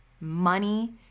money